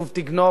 "לא תגנֹב".